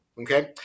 Okay